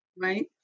Right